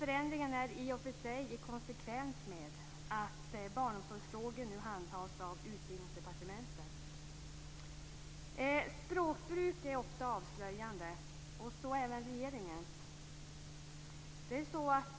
Förändringen är i och för sig i konsekvens med att barnomsorgsfrågor nu handhas av Utbildningsdepartementet. Språkbruk är ofta avslöjande, så även regeringens.